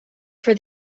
for